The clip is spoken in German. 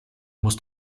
muss